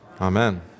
amen